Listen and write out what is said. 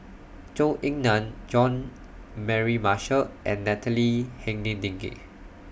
Zhou Ying NAN Jean Mary Marshall and Natalie Hennedige